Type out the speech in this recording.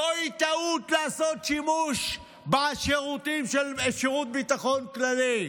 זוהי טעות לעשות שימוש בשירות ביטחון כללי.